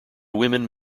women